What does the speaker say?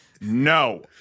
No